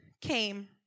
came